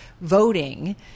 voting